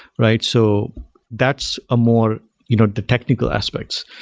right? so that's ah more you know the technical aspects.